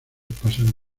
pasan